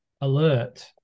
alert